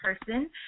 person